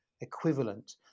equivalent